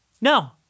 No